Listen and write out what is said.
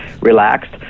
relaxed